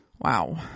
Wow